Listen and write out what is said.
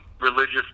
religious